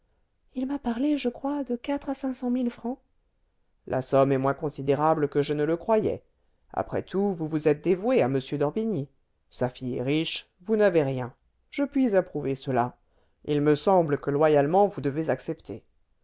il m'a parlé je crois de quatre à cinq cent mille francs la somme est moins considérable que je ne le croyais après tout vous vous êtes dévouée à m d'orbigny sa fille est riche vous n'avez rien je puis approuver cela il me semble que loyalement vous devez accepter